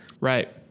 Right